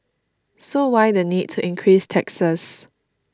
so why the need to increase taxes